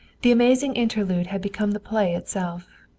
the amazing interlude had become the play itself.